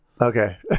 okay